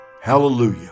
Hallelujah